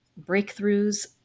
breakthroughs